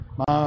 ma